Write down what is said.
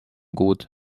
kuud